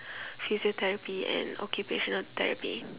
physiotherapy and occupational therapy